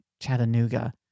Chattanooga